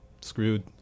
screwed